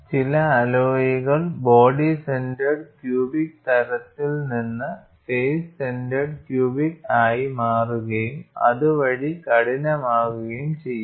ചില അലോയ്കൾ body centred cubic തരത്തിൽ നിന്ന് ഫേസ് സെൻന്റഡ് ക്യൂബിക്ക് ആയി മാറുകയും അതുവഴി കഠിനമാക്കുകയും ചെയ്യും